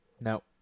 No